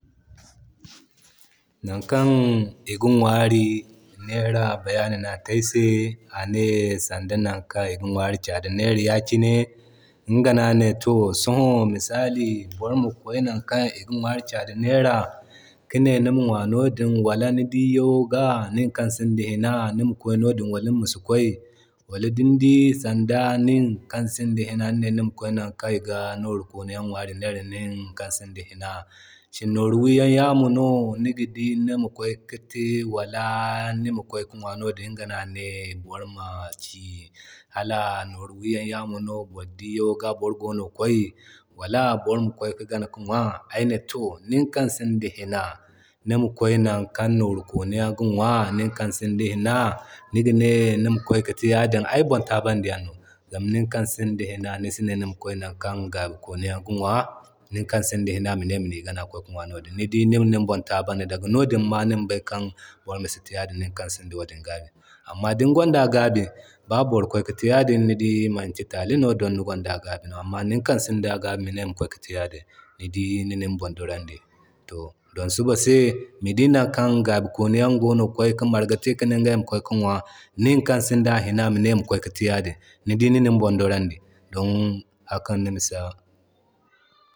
Nankaŋ iga ŋwari nera bayani no ate ay se. Ane sanda nankan iga ŋwari cada nera misali no a te ayse ane sanda nankan iga nwari cada nera ya kine, iga no ane to soho misali boro ma kway na kan iga ŋwari cada nera kine nima ŋwa no din wala ni dii yango nin kan sinda hina Nima kway noo din wala nimasi kway. Wala din dii san da nikan sinda hina di nine nima kway nakan iga noori kwayey ŋwari nera nima kway nin kan sinda hina. Shin noori wi yan yamo no nima dii Nima kway ki te wala nima kway ki ŋwa no din. Iŋga no ane boro ma ci hala nooru wiyaŋ yamo no boro diiyanga boro gogi kway wala boro ma kway ka gana ka ŋwa. Ay ne to nin kan sinda hina nima kway nan kan nooru koniyaŋ ga ŋwa nin kan sin da hina niga ne nima kway ka te ya din ay bon taaban di yan no. Zama ninkan sin da hina nisa ne nima kway nan kan gaaba koniyan ga nwa, ninkan sinda hina mine Mani gana ka kway ka nwa no din, ni di nin, nin bon taabandi. Daga nodin ma nima bay boroma si te yadin ninkan sinda wadin gabi. Amma din gwanda a gabi ba boro kway ki te yadin ni dii manki tali no din ni gwanda a gabi no. Amma ninkan sinda gabi mine mi kway ki te ya din ni dii ni nin bon dorandi. To don suba se ni dii nan kan gaba koniyan gogi marga te kine igay ma kway ka nwa, nin kan sinda a hina mi ne mi kway ki te ya din, ni di nin bon dorandi, don hakan ga bisa.